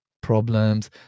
problems